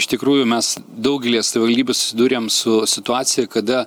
iš tikrųjų mes daugelyje savivaldybių susidūrėm su situacija kada